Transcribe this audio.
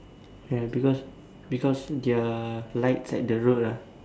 ya because because their lights at the road ah